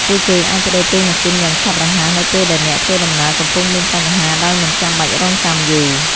ពួកគេអាចប្តូរប្រេងម៉ាស៊ីនយ៉ាងឆាប់រហ័សនៅពេលដែលអ្នកធ្វើដំណើរកំពុងមានបញ្ហាដោយមិនចាំបាច់រង់ចាំយូរ។